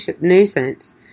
nuisance